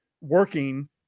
working